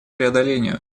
преодолению